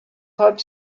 robe